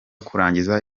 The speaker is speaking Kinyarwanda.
kurangiza